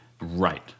Right